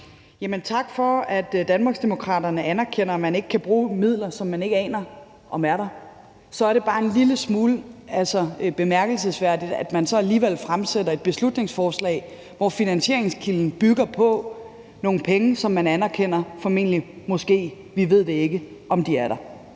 tak for, at Danmarksdemokraterne anerkender, at man ikke kan bruge midler, som man ikke aner om er der. Så er det bare en lille smule bemærkelsesværdigt, at man så alligevel fremsætter et beslutningsforslag, hvor finansieringskilden bygger på nogle penge, som man anerkender vi ikke ved om er der – de er der